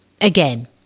again